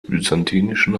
byzantinischen